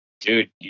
Dude